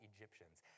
Egyptians